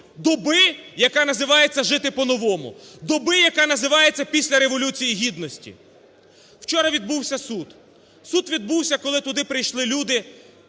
доби, яка називається "жити по-новому", доби, яка називається "після Революції Гідності". Вчора відбувся суд. Суд відбувся, коли туди прийшли люди